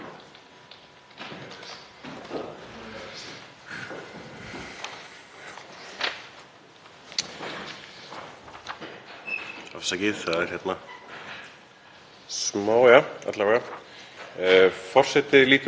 SPEECH_BEGIN Forseti lítur svo á að þingfundur geti staðið lengur í dag en þingsköp kveða á um, til að ljúka við þær fyrirspurnir sem liggja fyrir.